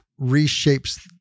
reshapes